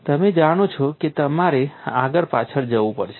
તમે જાણો છો કે તમારે આગળ પાછળ જવું પડશે